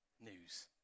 news